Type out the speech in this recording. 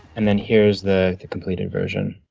and then here's the completed version,